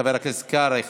חבר הכנסת קרעי,